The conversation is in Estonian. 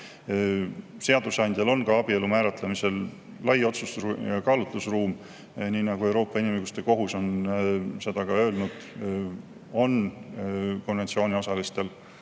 Seadusandjal on ka abielu määratlemisel lai otsustus‑ ja kaalutlusruum. Nii nagu Euroopa Inimõiguste Kohus on öelnud, on konventsiooniosalistel